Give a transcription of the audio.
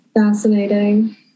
Fascinating